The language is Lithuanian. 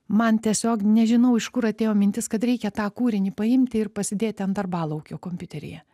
man tiesiog nežinau iš kur atėjo mintis kad reikia tą kūrinį paimti ir pasidėti ant darbalaukio kompiuteryje